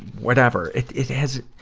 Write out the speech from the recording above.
whatever. it, it has,